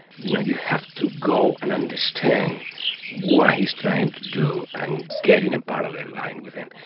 you know, you have to go and understand what he's trying to do. and getting a parallel line with him,